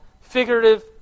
figurative